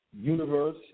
universe